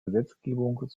gesetzgebung